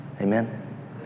Amen